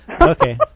Okay